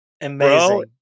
Amazing